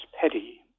Petty